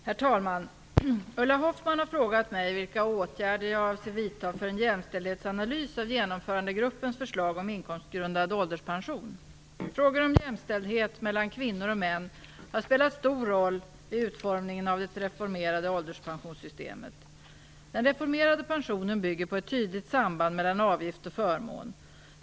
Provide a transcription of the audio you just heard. Herr talman! Ulla Hoffmann har frågat mig vilka åtgärder jag avser vidta för en jämställdhetsanalys av Frågor om jämställdhet mellan kvinnor och män har spelat stor roll vid utformningen av det reformerade ålderspensionssystemet. Den reformerade pensionen bygger på ett tydligt samband mellan avgift och förmån.